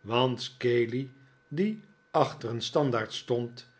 want scaley die achter een standaard stond